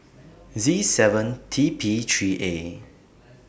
Z seven T P three A